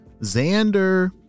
Xander